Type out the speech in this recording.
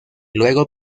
luego